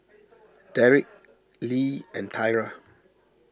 Derik Leigh and Tyra